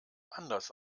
anders